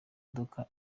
minota